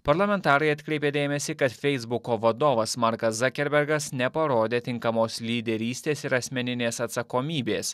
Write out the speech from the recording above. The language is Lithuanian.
parlamentarai atkreipė dėmesį kad feisbuko vadovas markas zakerbergas neparodė tinkamos lyderystės ir asmeninės atsakomybės